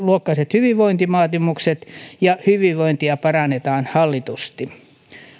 hyvinvointivaatimukset ja hyvinvointia parannetaan hallitusti